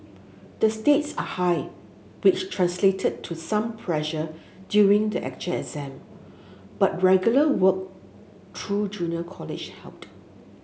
the stakes are high which translated to some pressure during the exam but regular work through junior college helped